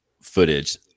footage